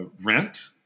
rent